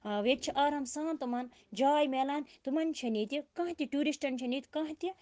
ییٚتہِ چھِ آرام سان تمَن جاے ملان تمَن چھَنہٕ ییٚتہِ کانٛہہ تہِ ٹیوٗرِسٹَن چھَنہٕ ییٚتہِ کانٛہہ تہِ